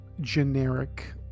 generic